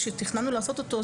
כשתכננו לעשות אותו,